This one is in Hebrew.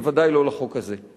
בוודאי לא לחוק הזה.